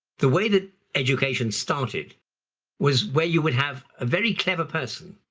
the way that education started was, where you would have a very clever person,